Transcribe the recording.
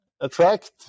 attract